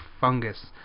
fungus